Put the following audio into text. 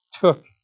took